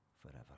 forever